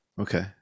Okay